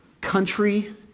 country